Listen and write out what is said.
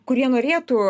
kurie norėtų